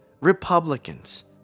Republicans